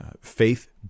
Faith